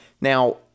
Now